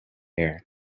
air